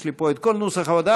יש לי פה את כל נוסח ההודעה,